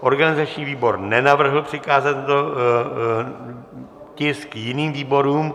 Organizační výbor nenavrhl přikázat tento tisk jiným výborům.